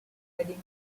heading